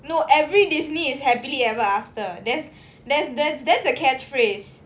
no every Disney is happily ever after that's that's that's that's a catchphrase